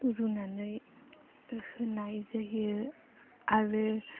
रुनानै होनाय जायो आरो